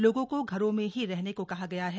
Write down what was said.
लोगों को घरों में ही रहने को कहा गया है